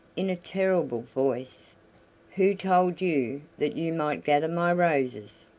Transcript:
in a terrible voice who told you that you might gather my roses?